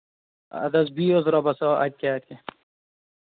اَد حظ بِہِو حظ رۄبَس حَوالہٕ اَدٕ کیٛاہ